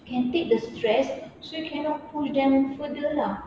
can take the stress so you cannot push them further lah